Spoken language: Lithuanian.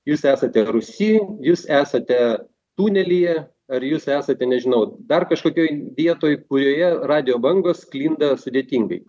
jūs esate rūsy jūs esate tunelyje ar jūs esate nežinau dar kažkokioj vietoj kurioje radijo bangos sklinda sudėtingai